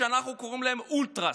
שאנחנו קוראים להם אולטראס,